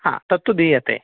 तत्तु दीयते